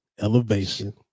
elevation